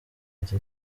ati